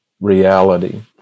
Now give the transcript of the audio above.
reality